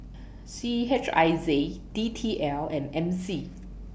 C H I Z D T L and M C